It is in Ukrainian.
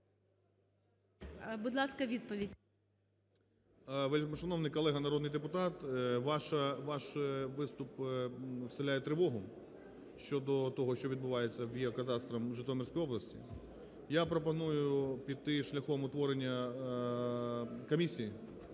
ГРОЙСМАН В.Б. Вельмишановний колега народний депутат, ваш виступ вселяє тривогу щодо того, що відбувається в геокадастрі у Житомирській області. Я пропоную піти шляхом утворення комісії